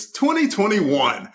2021